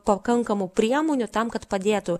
pakankamų priemonių tam kad padėtų